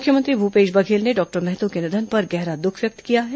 मुख्यमंत्री भूपेश बघेल ने डॉक्टर महतो के निधन पर गहरा दुःख व्यक्त किया है